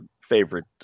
favorite